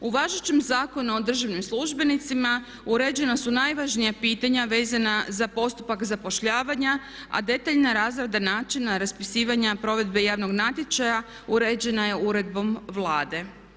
U važećem Zakonu o državnim službenicima uređena su najvažnija pitanja vezana za postupak zapošljavanja a detaljna razrada načina raspisivanja provedbe javnog natječaja uređena je uredbom Vlade.